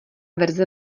verze